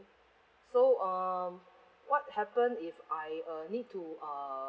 so um what happen if I uh need to uh